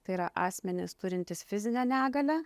tai yra asmenys turintys fizinę negalią